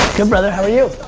good, brother, how are you?